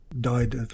died